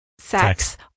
sex